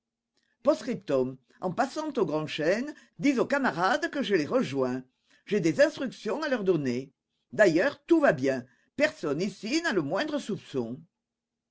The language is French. post-scriptum en passant au grand chêne dis aux camarades que je les rejoins j'ai des instructions à leur donner d'ailleurs tout va bien personne ici n'a le moindre soupçon